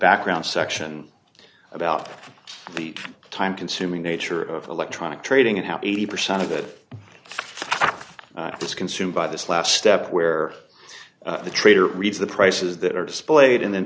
background section about the time consuming nature of electronic trading and how eighty percent of it it's consumed by this last step where the trader reads the prices that are displayed and then